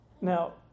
Now